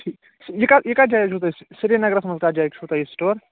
ٹھیٖک یہِ کَتھ یہِ کتھ جایہِ حظ چھُو تۄہہِ سِریٖنگرَس منٛز کَتھ جایہِ چھُو تۄہہِ یہِ سِٹور